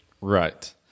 Right